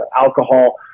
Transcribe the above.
alcohol